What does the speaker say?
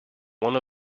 one